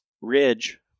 ridge